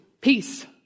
peace